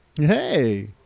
Hey